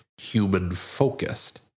human-focused